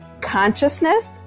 consciousness